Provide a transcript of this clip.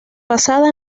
basada